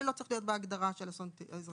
לא צריך להיות בהגדרה של אסון אזרחי.